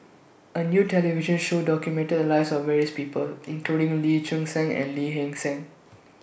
A New television Show documented The Lives of various People including Lee Choon Seng and Lee Hee Seng